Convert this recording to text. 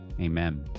Amen